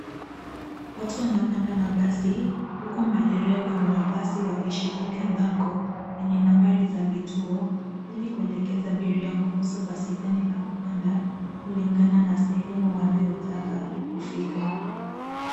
Watu wanapanda mabasi huku madereva wa mabasi wakishikilia bango yenye nambari ya vituo ili kuelekeza abiria kuhusu basi gani la kupanda kulingana na sehemu wanayotaka kufika.